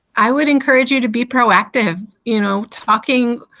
i would encourage you to be proactive, you know talking,